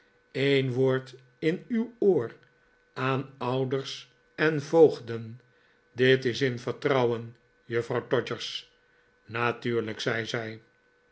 een woord in uw oor aan ouders en voogden dit is in vertrouwen juffrouw todgers natuurlijk zei